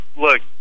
look